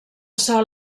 sol